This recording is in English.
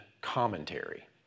Commentary